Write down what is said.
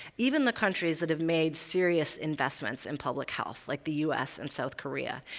even the countries that have made serious investments in public health, like the us and south korea,